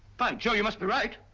by jove, you must be right.